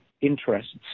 interests